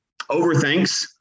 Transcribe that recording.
overthinks